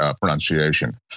pronunciation